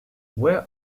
where